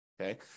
Okay